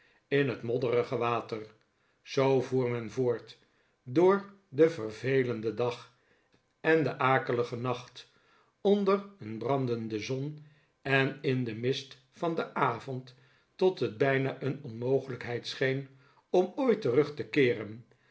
in het modderige water zoo voer men voort door den vervelenden dag en den akeligen nacht onder een brandende zon en in den mist van den avond tot het bijna een onmogelijkheid scheen om ooit terug te keeren